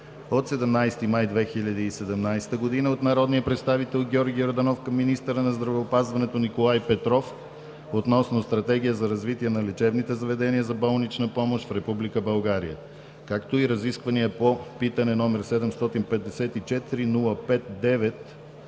от 17 май 2017 г. от народния представител Георги Йорданов към министъра на здравеопазването Николай Петров относно Стратегия за развитие на лечебните заведения за болнична помощ в Република България; - разисквания по питане № 754-05-9